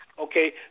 Okay